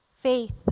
faith